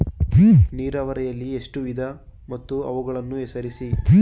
ನೀರಾವರಿಯಲ್ಲಿ ಎಷ್ಟು ವಿಧ ಮತ್ತು ಅವುಗಳನ್ನು ಹೆಸರಿಸಿ?